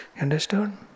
Understood